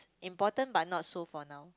important but not so for now